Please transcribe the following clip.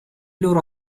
loro